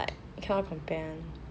I cannot compare